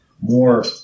more